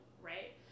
right